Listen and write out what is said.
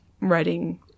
writing